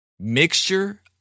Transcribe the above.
Mixture